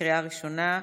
קריאה ראשונה,